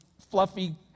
fluffy